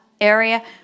area